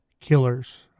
killers